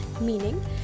Meaning